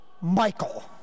Michael